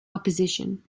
opposition